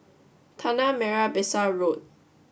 Tanah Merah Besar Road